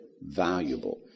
valuable